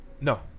No